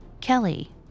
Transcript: Kelly